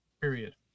period